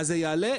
זה יעלה,